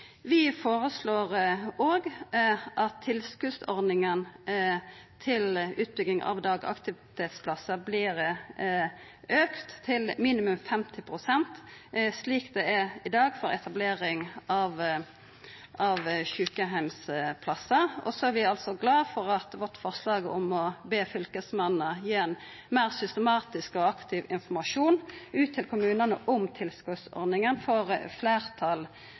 Vi føreslår òg at tilskotet til utbygging av dagaktivitetsplassar vert auka til minimum 50 pst., slik det er i dag, for etablering av sjukeheimsplassar. Så er vi glade for at vårt forslag i innstillinga om å be fylkesmennene gi ein meir systematisk og aktiv informasjon ut til kommunane om tilskotsordninga får fleirtal